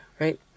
right